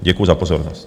Děkuji za pozornost.